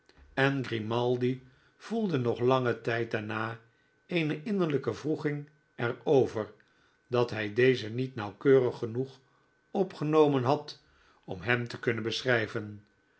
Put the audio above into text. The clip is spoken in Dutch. en grimaldi gevoelde nog langen tijd daarna eene inneiiijke wroeging er over dat hij dezen niet nauwkeurig genoeg opgenomen had om hem te kunnen beschrijven